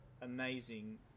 amazing